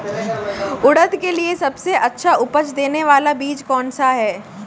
उड़द के लिए सबसे अच्छा उपज देने वाला बीज कौनसा है?